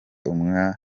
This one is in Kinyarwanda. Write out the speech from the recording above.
umwanya